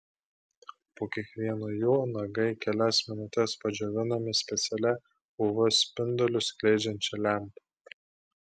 po kiekvieno jų nagai kelias minutes padžiovinami specialia uv spindulius skleidžiančia lempa